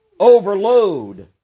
overload